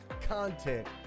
content